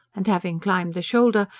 and having climbed the shoulder,